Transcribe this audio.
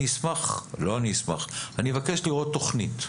אני אבקש לראות תוכנית.